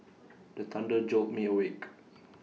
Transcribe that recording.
the thunder jolt me awake